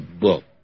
book